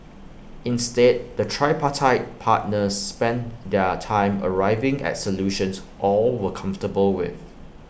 instead the tripartite partners spent their time arriving at solutions all were comfortable with